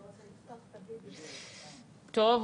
טוב,